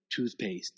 toothpastes